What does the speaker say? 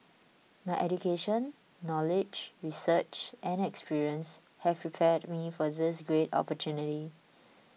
my education knowledge research and experience have prepared me for this great opportunity